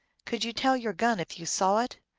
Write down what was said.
could you tell your gun if you saw it?